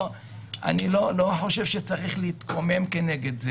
אני לא חושב שצריך להתקומם כנגד זה